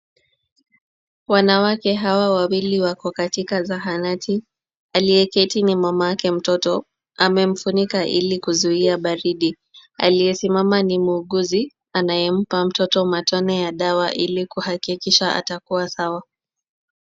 Wanawake hawa wawili wako katika zahanati. Aliyeketi ni mamake mtoto. Amemfunika ili kuzuia baridi. Aliyesimama ni muuguzi, anayempa mtoto matone ya dawa ili kuhakikisha atakuwa sawa.